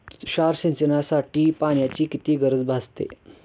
तुषार सिंचनासाठी पाण्याची किती गरज भासते?